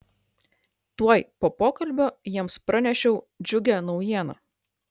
tuoj po pokalbio jiems pranešiau džiugią naujieną